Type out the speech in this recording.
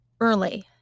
early